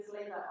later